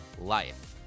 life